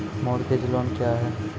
Mortgage loan क्या है?